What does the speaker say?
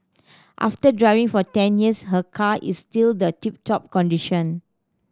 after driving for ten years her car is still the tip top condition